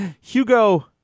Hugo